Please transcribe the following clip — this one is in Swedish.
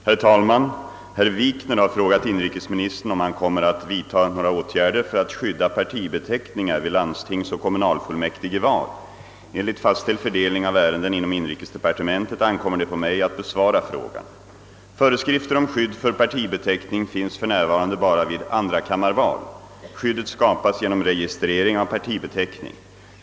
Herr talman! Herr Wikner har frågat inrikesministern om han kommer att vidta några åtgärder för att skydda partibeteckningar vid landstingsoch kommunalfullmäktigeval. Enligt fastställd fördelning av ärenden inom inrikesdepartementet ankommer det på mig att besvara frågan. Föreskrifter om skydd för partibeteckning finns f.n. bara vid andrakammarval. Skyddet skapas genom registrering av partibeteckning.